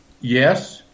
Yes